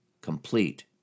complete